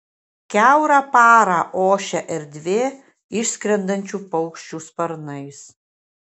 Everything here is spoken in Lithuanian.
kiaurą parą ošia erdvė išskrendančių paukščių sparnais